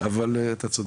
אתה צודק.